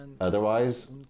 Otherwise